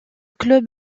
club